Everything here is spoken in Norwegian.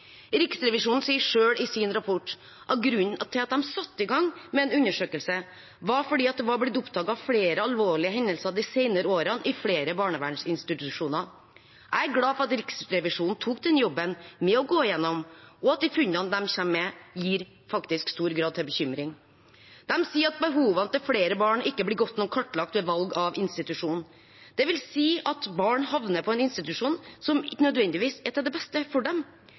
Riksrevisjonen sier selv i sin rapport at grunnen til at de satte i gang med en undersøkelse, var at det var blitt oppdaget flere alvorlige hendelser de senere årene i flere barnevernsinstitusjoner. Jeg er glad for at Riksrevisjonen tok den jobben med å gå gjennom, for de funnene de kommer med, gir faktisk stor grad av bekymring. De sier at behovene til flere barn ikke blir godt nok kartlagt ved valg av institusjon. Det vil si at barn havner på en institusjon som ikke nødvendigvis er til det beste for dem.